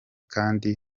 kandi